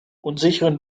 unsicheren